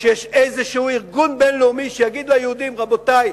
שיש איזשהו ארגון בין-לאומי שיגיד ליהודים: רבותי,